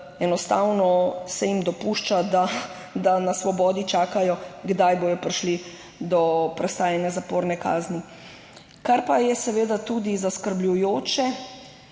enostavno se jim dopušča, da na svobodi čakajo, kdaj bodo prišli do prestajanja zaporne kazni. Kar je tudi zaskrbljujoče